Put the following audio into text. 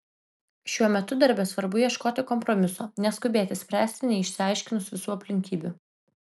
šiuo metu darbe svarbu ieškoti kompromiso neskubėti spręsti neišsiaiškinus visų aplinkybių